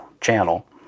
channel